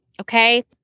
Okay